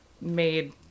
made